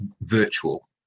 virtual